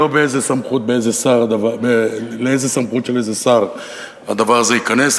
היא לא לאיזו סמכות של איזה שר הדבר הזה ייכנס,